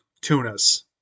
tunas